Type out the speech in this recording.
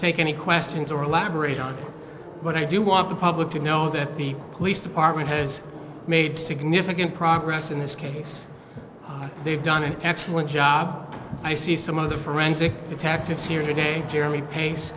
take any questions or elaborate on but i do want the public to know that the police department has made significant progress in this case they've done an excellent job i see some of the forensic detectives here today jeremy pace